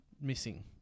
missing